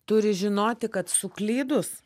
turi žinoti kad suklydus